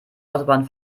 autobahn